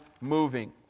moving